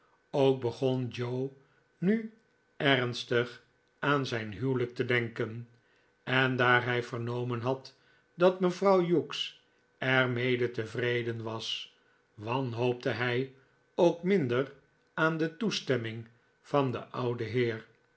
ook begon joe nu ernstig aan zijn huwelijk te denken en daar hij vernomen had dat mevrouw hughes er mede tevreden was wanhoopte hij ook minder aan de toestemming van den ouden heer